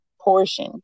portion